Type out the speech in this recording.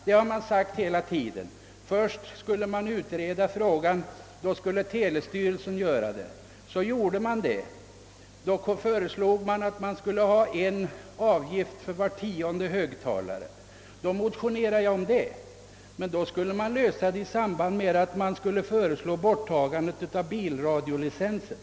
Det är nämligen vad man hela tiden vidhållit. Först skulle telestyrelsen utreda frågan. Den föreslog att man skulle få lösa en licens för var tionde högtalare. Jag väckte med anledning av detta förslag en motion men fick då beskedet att frågan skulle lösas i samband med avskaffandet av bilradiolicensen.